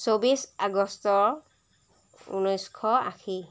চৌব্বিছ আগষ্ট ঊনৈছশ আশী